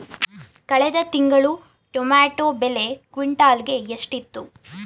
ಕಳೆದ ತಿಂಗಳು ಟೊಮ್ಯಾಟೋ ಬೆಲೆ ಕ್ವಿಂಟಾಲ್ ಗೆ ಎಷ್ಟಿತ್ತು?